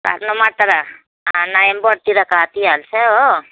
काट्नु मात्र नोभेम्बरतिर काटिहाल्छ हो